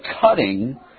cutting